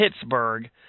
Pittsburgh